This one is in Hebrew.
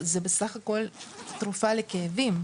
זה בסך הכול תרופה לכאבים,